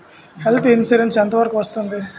Health insurance ఎంత వరకు వస్తుంది?